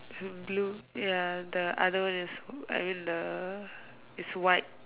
blue ya the other one is I mean the is white